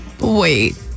Wait